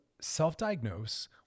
self-diagnose